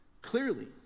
clearly